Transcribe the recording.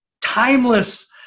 timeless